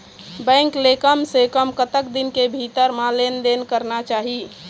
Bank ले कम से कम कतक दिन के भीतर मा लेन देन करना चाही?